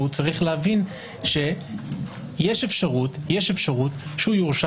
הוא צריך להבין שיש אפשרות שהוא יורשע